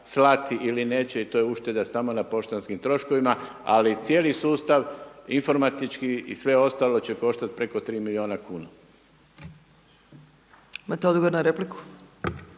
slati ili neće i to je ušteda samo na poštanskim troškovima. Ali cijeli sustav informatički i sve ostalo će koštati preko 3 milijuna kuna. **Opačić,